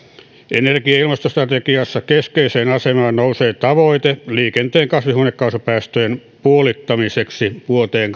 energia ja ilmastostrategiassa keskeiseen asemaan nousee tavoite liikenteen kasvihuonekaasupäästöjen puolittamiseksi vuoteen